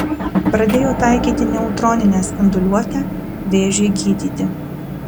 pradėjo taikyti neutroninę spinduliuotę vėžiui gydyti